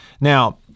Now